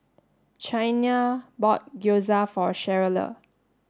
Chynna bought Gyoza for Cheryle